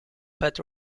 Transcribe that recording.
pet